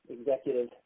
Executive